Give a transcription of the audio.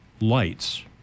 lights